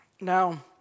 Now